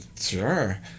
Sure